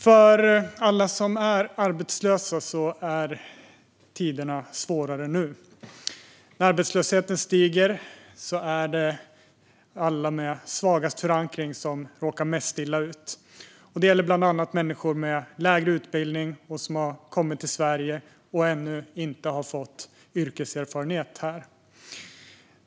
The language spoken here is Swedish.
För alla som är arbetslösa är det nu svåra tider. När arbetslösheten stiger är det de med svagast förankring som råkar mest illa ut. Det gäller bland annat människor med låg utbildning som har kommit till Sverige och ännu inte har fått yrkeserfarenhet här.